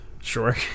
Sure